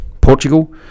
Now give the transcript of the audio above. Portugal